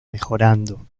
mejorando